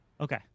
Okay